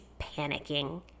panicking